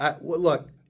Look